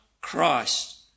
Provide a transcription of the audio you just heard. Christ